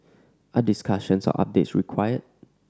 are discussions or updates required